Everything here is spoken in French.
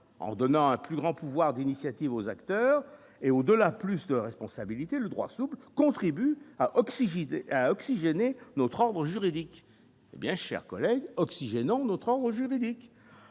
en donnant un plus grand pouvoir d'initiative aux acteurs et, au-delà, plus de responsabilité le droit souple contribue à oxyder à oxygéner notre ordre juridique, hé bien, chers collègues, oxygène, on notera au juridique